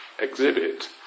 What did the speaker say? exhibit